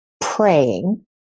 praying